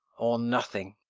or nothing.